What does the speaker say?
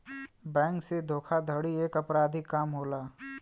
bank से धोखाधड़ी एक अपराधिक काम होला